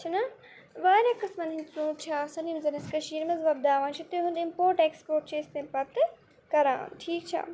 چھِنا واریاہ قٕسمَن ہٕنٛدۍ ژوٗنٛٹھۍ چھِ آسان یِم زَن أسۍ کٔشیٖرِ منٛز وۄپداوان چھِ تِہُنٛد اِمپورٹ ایکٕسپورٹ چھِ أسۍ تَمہِ پَتہٕ کَران ٹھیٖک چھا